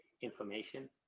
information